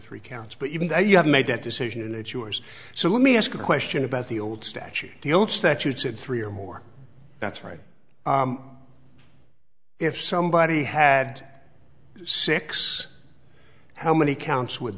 three counts but even though you have made that decision and it's yours so let me ask a question about the old statute the old statute said three or more that's right if somebody had six how many counts would